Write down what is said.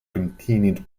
continued